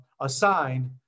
assigned